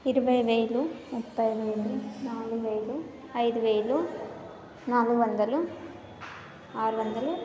ఇరవై వేలు ముప్పై వేలు నాలుగు వేలు ఐదు వేలు నాలుగు వందలు ఆరు వందలు